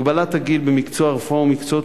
הגבלת הגיל במקצוע הרפואה ובמקצועות